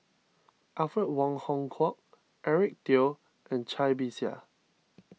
Alfred Wong Hong Kwok Eric Teo and Cai Bixia